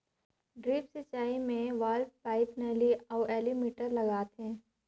drip सिंचई मे valve, pipe, नली अउ एलीमिटर लगाथें